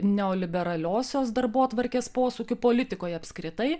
neoliberaliosios darbotvarkės posūkiu politikoj apskritai